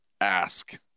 ask